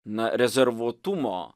na rezervuotumo